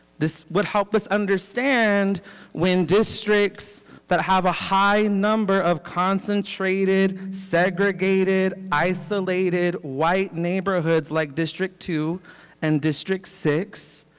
this would help us understand when districts that have a high number of concentrated, segregated, isolated white neighborhoods like district two and district six,